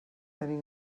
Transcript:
tenir